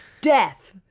Death